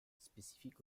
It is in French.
spécifique